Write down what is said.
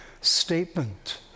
statement